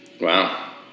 Wow